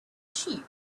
sheep